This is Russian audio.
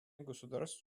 государств